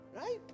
Right